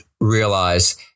realize